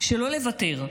שלא לוותר.